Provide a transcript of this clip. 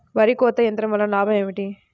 వరి కోత యంత్రం వలన లాభం ఏమిటి?